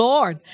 Lord